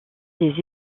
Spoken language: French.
des